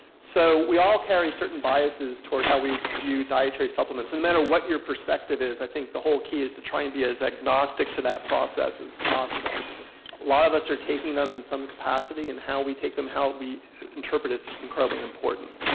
so we all carry certain biases toward how we view dietary supplements. no matter what your perspective is, i think the whole key is to try and be as agnostic to that process as possible. a lot of us are taking them in some capacity, and how we take them, how we interpret it's incredibly important.